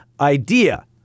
Idea